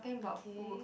okay